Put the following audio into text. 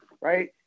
Right